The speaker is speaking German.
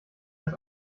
das